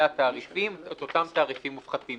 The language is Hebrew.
התעריפים את אותם תעריפים מופחתים.